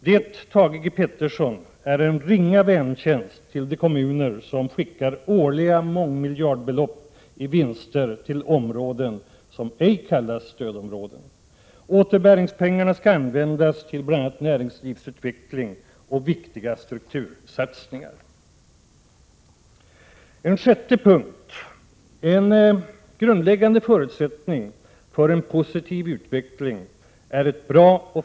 Det, Thage G Peterson, är en ringa väntjänst till de kommuner som årligen skickar mångmiljardbelopp i vinster till områden som ej kallas stödområden. Återbäringspengarna skall användas till bl.a. näringslivsutveckling och viktiga struktursatsningar. För det sjätte är ett bra och fungerande vägnät en grundläggande förutsättning för en positiv utveckling.